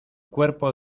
cuerpo